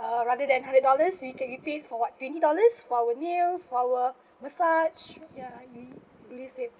uh rather than hundred dollars we can only pay for what twenty dollars for our nails for our massage ya really really saved